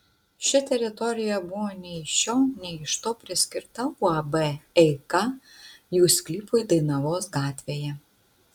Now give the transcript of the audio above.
ši teritorija buvo nei iš šio nei iš to priskirta uab eika jų sklypui dainavos gatvėje